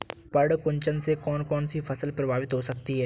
पर्ण कुंचन से कौन कौन सी फसल प्रभावित हो सकती है?